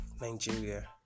Nigeria